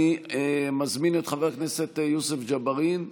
אני מזמין את חבר הכנסת יוסף ג'בארין,